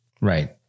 Right